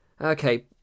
Okay